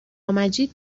مجید